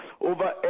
over